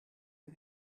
een